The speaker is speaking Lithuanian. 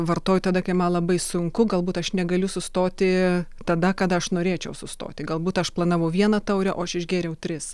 vartoju tada kai man labai sunku galbūt aš negaliu sustoti tada kada aš norėčiau sustoti galbūt aš planavau vieną taurę o aš išgėriau tris